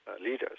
leaders